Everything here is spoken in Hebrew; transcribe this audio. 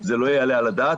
וזה לא יעלה על הדעת.